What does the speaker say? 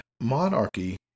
monarchy